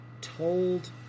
told